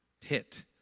pit